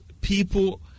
people